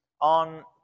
on